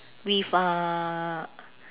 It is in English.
with uh